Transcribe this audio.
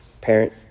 parent